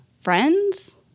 friends